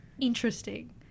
interesting